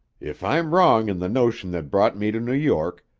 if i'm wrong in the notion that brought me to new york,